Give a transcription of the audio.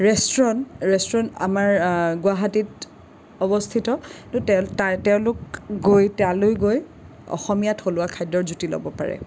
restaurant restaurant আমাৰ গুৱাহাটীত অৱস্থিত কিন্তু তেওঁ তাৰ তেওঁলোক গৈ তালৈ গৈ অসমীয়া থলুৱা খাদ্যৰ জুতি ল'ব পাৰে